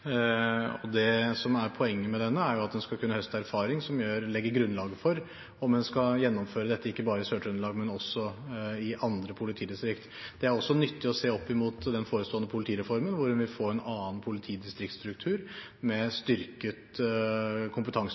Det som er poenget med denne, er at en skal kunne høste erfaring som legger grunnlaget for om en skal gjennomføre dette ikke bare i Sør-Trøndelag, men også i andre politidistrikt. Det er også nyttig å se det opp mot den forestående politireformen, hvor en vil få en annen politidistriktstruktur med